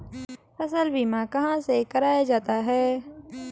फसल बीमा कहाँ से कराया जाता है?